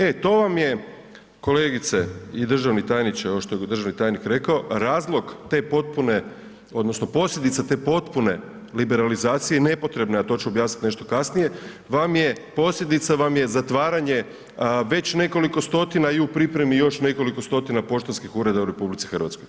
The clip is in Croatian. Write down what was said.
E to vam je kolegice i državni tajniče, ono što je državni tajnik rekao razlog te potpuno odnosno posljedica te potpune liberalizacije i nepotrebne, a to ću objasniti nešto kasnije, posljedica vam je zatvaranje već nekoliko stotina i u pripremi još nekoliko stotina poštanskih ureda u RH.